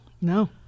No